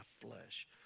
flesh